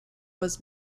was